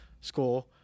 score